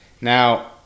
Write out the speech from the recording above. Now